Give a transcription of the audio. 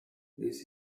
this